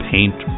Paint